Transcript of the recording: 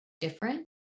different